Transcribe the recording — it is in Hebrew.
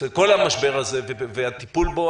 כל המשבר הזה והטיפול בו,